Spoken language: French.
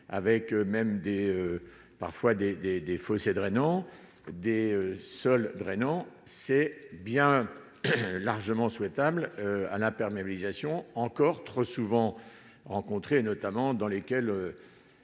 avec même des parfois des, des, des fossés drainant des seuls drainant c'est bien largement souhaitables à l'imperméabilisation encore trop souvent rencontré notamment dans lesquels